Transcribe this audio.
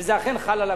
וזה אכן חל על הקונה,